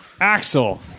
Axel